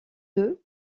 œufs